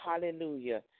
hallelujah